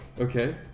Okay